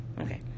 Okay